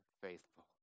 faithful